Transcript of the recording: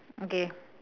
okay